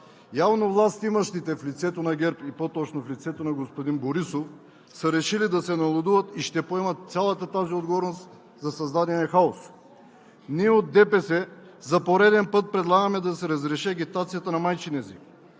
Явно властимащите в лицето на ГЕРБ, и по-точно в лицето на господин Борисов, са решили да се налудуват и ще поемат цялата тази отговорност за създадения хаос. Ние от ДПС за пореден път предлагаме да се разреши агитацията на майчин език.